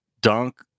dunk